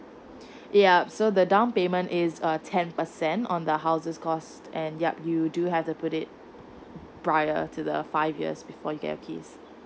yup so the down payment is um ten percent on the houses cost and yup you do have to put it prior to the five years before you get keys